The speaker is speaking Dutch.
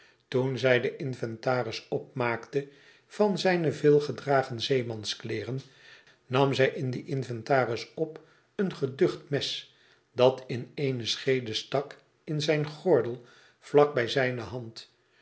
toen zij den inventaris opmaakte van zijne veel gedragen zeemanskleeren nam zij in dien inventaris op een geducht mes dat in eene scheede stak in zijn gordel vlak bij zijne hand